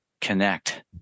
connect